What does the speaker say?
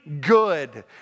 good